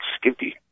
Skippy